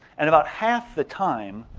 and about half the time